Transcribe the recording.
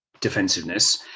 defensiveness